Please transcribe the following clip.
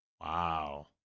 Wow